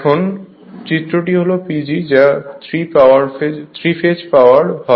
এখানে চিত্রটি হল PG যা 3 ফেজ পাওয়ার হয়